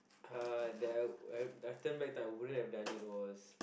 uh that I will I I have turn back time I wouldn't have done it was